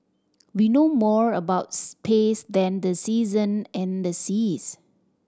we know more about space than the season and the seas